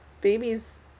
babies